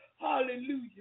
Hallelujah